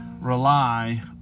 rely